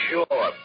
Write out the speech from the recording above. Sure